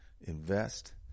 invest